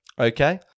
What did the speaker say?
okay